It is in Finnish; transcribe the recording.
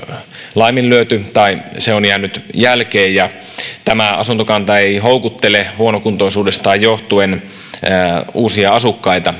laiminlyöty tai jäänyt jälkeen tämä asuntokanta ei houkuttele huonokuntoisuudestaan johtuen uusia asukkaita